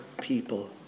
people